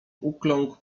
ukląkł